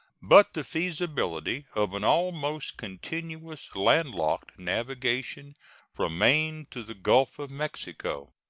but the feasibility of an almost continuous landlocked navigation from maine to the gulf of mexico.